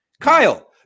kyle